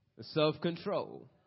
self-control